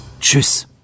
Tschüss